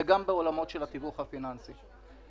ואצל סוכני הביטוח כבר